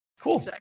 Cool